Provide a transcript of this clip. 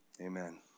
Amen